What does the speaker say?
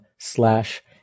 Slash